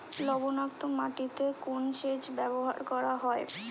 লবণাক্ত মাটিতে কোন সেচ ব্যবহার করা হয়?